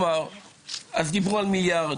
דיברו על מיליארד,